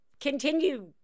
continue